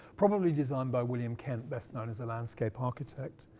probably designed by william kent, best known as a landscape architect.